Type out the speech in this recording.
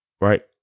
Right